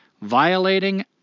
violating